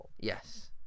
Yes